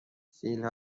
فیل